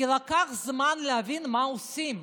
כי לקח זמן להבין מה עושים,